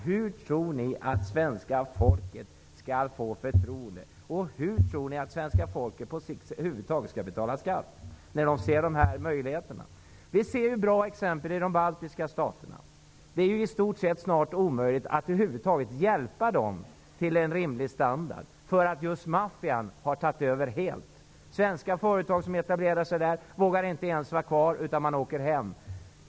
Hur tror ni att svenska folket skall få förtroende, och hur tror ni att svenska folket på sikt över huvud taget skall betala skatt när de ser dessa möjligheter? Vi har ett bra exempel i de baltiska staterna. Det är snart omöjligt att över huvud taget hjälpa dem till en rimlig standard, därför att maffian har tagit över helt. Svenska företag som etablerat sig där vågar inte vara kvar, utan åker hem.